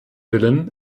willen